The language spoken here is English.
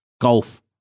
Golf